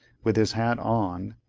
with his hat on,